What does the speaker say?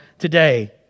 today